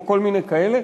או כל מיני כאלה.